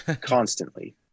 constantly